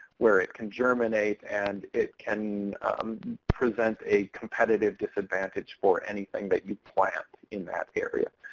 where it can germinate and it can present a competitive disadvantage for anything that you plant in that area.